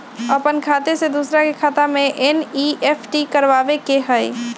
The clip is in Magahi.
अपन खाते से दूसरा के खाता में एन.ई.एफ.टी करवावे के हई?